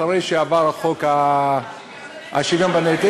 אחרי שעבר חוק השוויון בנטל,